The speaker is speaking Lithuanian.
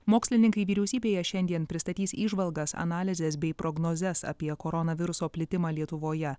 mokslininkai vyriausybėje šiandien pristatys įžvalgas analizes bei prognozes apie koronaviruso plitimą lietuvoje